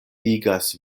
igas